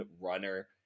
runner